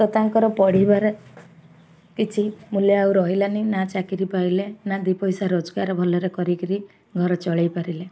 ତ ତାଙ୍କର ପଢ଼ିବାରେ କିଛି ମୂଲ୍ୟ ଆଉ ରହିଲାନି ନା ଚାକିରି ପାଇଲେ ନା ଦୁଇ ପଇସା ରୋଜଗାର ଭଲରେ କରିକିରି ଘର ଚଳେଇ ପାରିଲେ